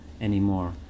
anymore